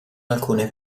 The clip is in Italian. alcune